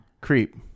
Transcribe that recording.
creep